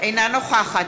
התנצלות עמוקה.